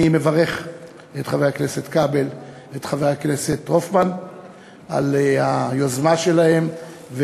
אני מברך את חבר הכנסת כבל ואת חבר הכנסת הופמן על היוזמה שלהם,